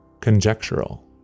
conjectural